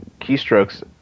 keystrokes